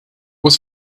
was